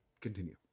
continue